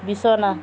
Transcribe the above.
বিছনা